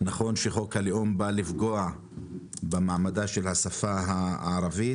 נכון שחוק הלאום בא לפגוע במעמדה של השפה הערבית,